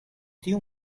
tiu